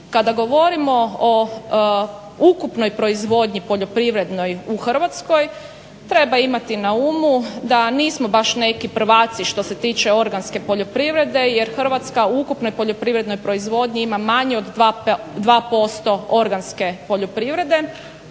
Kada govorimo o ukupnoj proizvodnji poljoprivrednoj u Hrvatskoj treba imati na umu da nismo baš neki prvaci što se tiče organske poljoprivrede jer Hrvatska u ukupnoj poljoprivrednoj proizvodnji ima manje od 2% organske poljoprivrede,